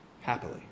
happily